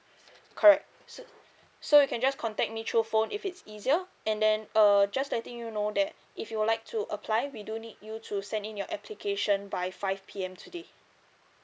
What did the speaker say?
correct so you can just contact me through phone if it's easier and then uh just letting you know that if you would like to apply we do need you to send in your application by five P_M today